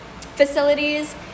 facilities